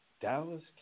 Dallas